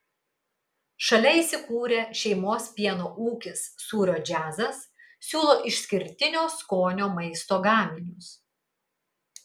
šalia įsikūrę šeimos pieno ūkis sūrio džiazas siūlo išskirtinio skonio maisto gaminius